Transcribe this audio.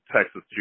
Texas